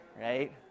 right